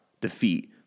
defeat